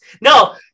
No